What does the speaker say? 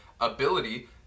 ability